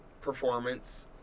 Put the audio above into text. performance